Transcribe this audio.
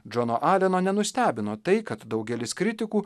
džono aleno nenustebino tai kad daugelis kritikų